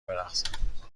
برقصم